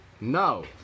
no